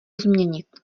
změnit